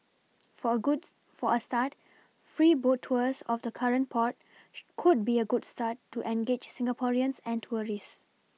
for a goods for a start free boat tours of the current port she could be a good start to engage Singaporeans and tourists